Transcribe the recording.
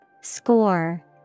Score